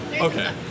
Okay